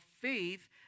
faith